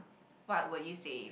what would you save